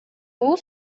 бул